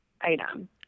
item